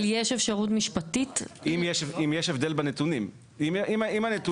בהבחנה שמצדיקה את ההבחנה גם בהתייחסות,